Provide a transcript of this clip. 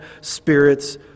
spirits